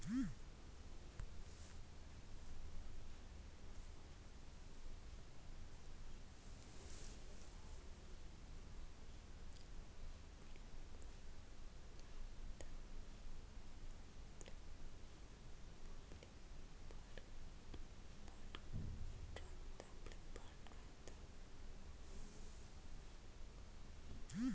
phone pay ಫ್ಲಿಪ್ಕಾರ್ಟ್ನಂತ UPI ಅಪ್ಲಿಕೇಶನ್ನ್ ಇತರ ಯು.ಪಿ.ಐ ಅಪ್ಲಿಕೇಶನ್ಗಿಂತ ವಿಶಿಷ್ಟ ಪ್ರಯೋಜ್ನ ಆಗಿದೆ